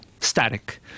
static